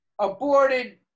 aborted